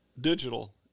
digital